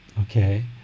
okay